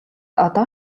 одоо